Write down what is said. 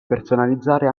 personalizzare